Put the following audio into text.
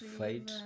fight